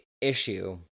issue